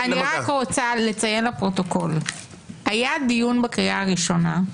אני רק רוצה לציין לפרוטוקול שהיה דיון בקריאה הראשונה,